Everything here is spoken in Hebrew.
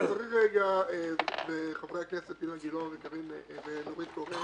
חברי הכנסת אילן גילאון ונורית קורן